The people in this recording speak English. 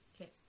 Okay